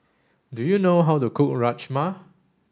do you know how to cook Rajma